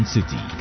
City